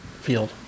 field